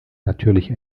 natürlich